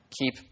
keep